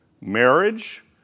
marriage